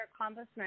accomplishment